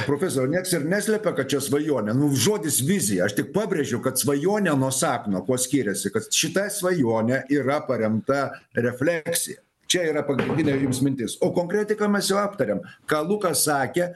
profesoariau nieks ir neslepia kad čia svajonė nu žodis vizija aš tik pabrėžiu kad svajonė nuo sapno kuo skiriasi kad šita svajonė yra paremta refleksija čia yra pagrindinė jums mintis o konkretiką mes jau aptarėm ką lukas sakė